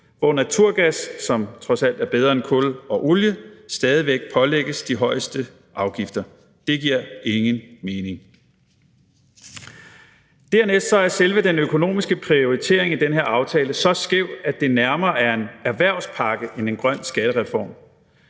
hvor naturgas, som trods alt er bedre end kul og olie, stadig væk pålægges de højeste afgifter. Det giver ingen mening. Dernæst er selve den økonomiske prioritering i den her aftale så skæv, at det nærmere er en erhvervspakke end en grøn skattereform.